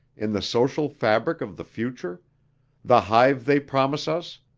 in the social fabric of the future the hive they promise us,